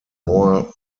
more